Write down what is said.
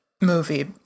movie